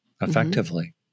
effectively